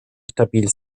stabil